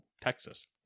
Texas